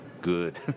good